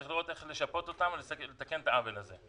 צריך לראות איך לשפות אותם ולתקן את העוול הזה.